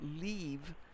leave